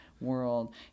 world